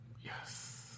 Yes